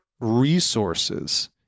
resources